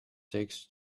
takes